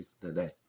today